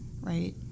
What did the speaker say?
right